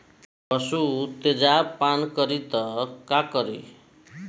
पशु तेजाब पान करी त का करी?